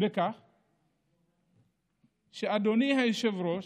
אדוני היושב-ראש,